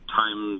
time